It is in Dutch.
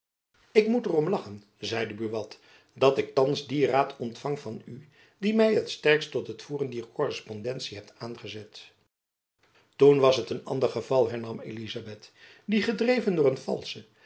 ik moet er om lachen zeide buat dat ik thands dien raad ontfang van u die my t sterkst tot het voeren dier korrespondentie hebt aangezet toen was het een ander geval hernam elizabeth die gedreven door een valsche